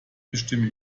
bestimme